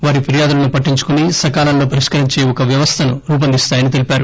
వారి ఫిర్యాదులను పట్టించుకుని సకాలంలో పరిష్కరించే ఒక వ్యవస్థను రూపొందిస్తాయని తెలిపారు